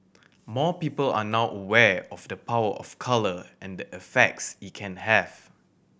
more people are now aware of the power of colour and the effects it can have